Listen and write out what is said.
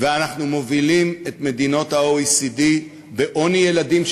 ואנחנו מובילים את מדינות ה-OECD בעוני ילדים,